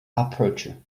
aperture